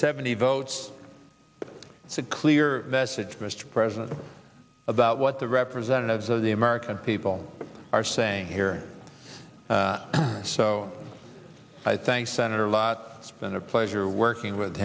seventy votes it's a clear message mr president about what the representatives of the american people are saying here so i thank senator lott it's been a pleasure working with